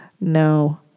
No